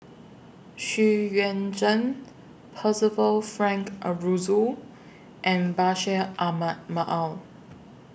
Xu Yuan Zhen Percival Frank Aroozoo and Bashir Ahmad Mallal